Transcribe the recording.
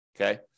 okay